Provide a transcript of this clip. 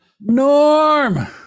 Norm